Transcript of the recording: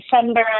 December